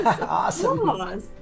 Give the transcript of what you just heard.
awesome